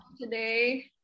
today